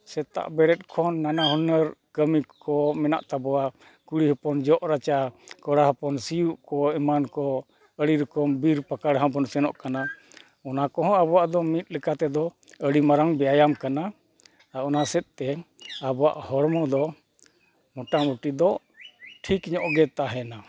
ᱥᱮᱛᱟᱜ ᱵᱮᱨᱮᱫ ᱠᱷᱚᱱ ᱱᱟᱱᱟ ᱦᱩᱱᱟᱹᱨ ᱠᱟᱹᱢᱤ ᱠᱚ ᱢᱮᱱᱟ ᱛᱟᱵᱚᱣᱟ ᱠᱩᱲᱤ ᱦᱚᱯᱚᱱ ᱡᱚᱜ ᱨᱟᱪᱟ ᱠᱚᱲᱟ ᱦᱚᱯᱚᱱ ᱥᱤᱭᱳᱜ ᱠᱚ ᱮᱢᱟᱱ ᱠᱚ ᱟᱹᱰᱤ ᱨᱚᱠᱚᱢ ᱵᱤᱨ ᱯᱟᱠᱟᱲ ᱦᱚᱵᱚᱱ ᱥᱮᱱᱚᱜ ᱠᱟᱱᱟ ᱚᱱᱟ ᱠᱚᱦᱚᱸ ᱟᱵᱚᱣᱟᱜ ᱫᱚ ᱢᱤᱫ ᱞᱮᱠᱟ ᱛᱮᱫᱚ ᱟᱹᱰᱤ ᱢᱟᱨᱟᱝ ᱵᱮᱭᱟᱢ ᱠᱟᱱᱟ ᱟᱨ ᱚᱱᱟ ᱥᱮᱫᱛᱮ ᱟᱵᱚᱣᱟᱜ ᱦᱚᱲᱢᱚ ᱫᱚ ᱢᱳᱴᱟᱢᱩᱴᱤ ᱫᱚ ᱴᱷᱤᱠ ᱧᱚᱜᱜᱮ ᱛᱟᱦᱮᱱᱟ